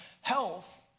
health